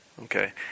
Okay